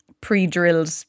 pre-drilled